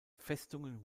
festungen